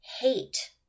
hate